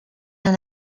dans